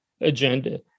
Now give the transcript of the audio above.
agenda